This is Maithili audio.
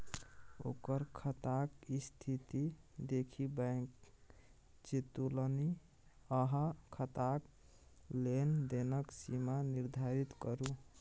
ओकर खाताक स्थिती देखि बैंक चेतोलनि अहाँ खाताक लेन देनक सीमा निर्धारित करू